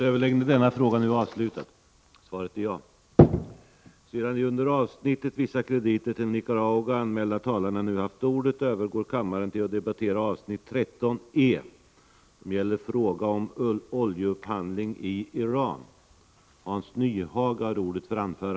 Sedan de under avsnittet Terroristbestämmelserna anmälda talarna nu haft ordet övergår kammaren till att debattera avsnittet Flyktingar via DDR.